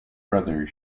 brother